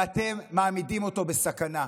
ואתם מעמידים אותו בסכנה.